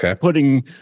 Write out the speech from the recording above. putting